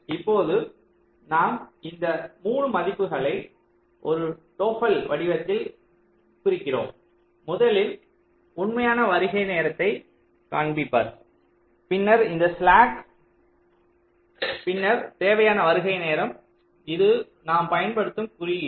இப்போது நாம் இந்த 3 மதிப்புகளை ஒரு டோப்பல் வடிவத்தில் குறிக்கிறோம் முதலில் உண்மையான வருகை நேரத்தைக் காண்பிப்பார் பின்னர் இந்த ஸ்லாக் பின்னர் தேவையான வருகை நேரம் இது நாம் பயன்படுத்தும் குறியீடு